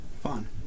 fun